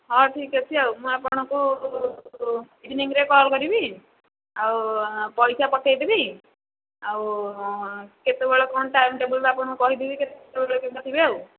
ହଉ ଠିକ୍ ଅଛି ଆଉ ମୁଁ ଆପଣଙ୍କୁ ଇଭିନିଂରେ କଲ୍ କରିବି ଆଉ ପଇସା ପଠାଇଦେବି ଆଉ କେତେବେଳେ କ'ଣ ଟାଇମ୍ ଟେବୁଲ୍ ଆପଣଙ୍କୁ କହିଦେବି ସେତେବେଳକୁ ଆପଣ ଆସିବେ ଆଉ